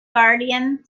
guardian